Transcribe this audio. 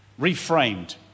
reframed